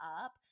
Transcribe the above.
up